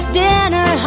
dinner